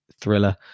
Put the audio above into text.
thriller